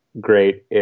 great